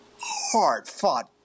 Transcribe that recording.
hard-fought